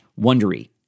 wondery